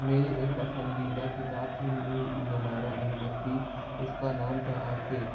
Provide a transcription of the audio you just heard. میری ایک پسندیدہ کتاب تھی نمیرہ احمد کی اس کا نام تھا آنکھیں